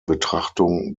betrachtung